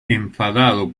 enfadado